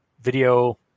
video